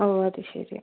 ഓ അതു ശരി